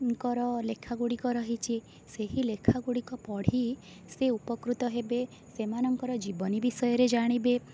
ଙ୍କର ଲେଖା ଗୁଡ଼ିକ ରହିଛି ସେହି ଲେଖା ଗୁଡ଼ିକ ପଢ଼ି ସେ ଉପକୃତ ହେବେ ସେମାନଙ୍କର ଜୀବନୀ ବିଷୟରେ ଜାଣିବେ